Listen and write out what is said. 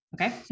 Okay